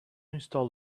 install